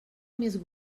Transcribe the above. més